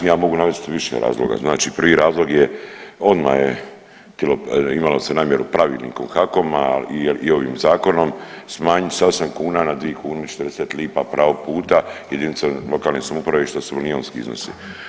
Ja mogu navesti više razloga, znači prvi razlog je odma je imalo se namjeru pravilnikom HAKOM-a, a i ovim zakonom smanjiti sa 8 kuna na 2,40 lipa pravo puta jedinice lokalne samouprave što su milijunski iznosi.